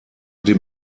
den